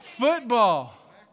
football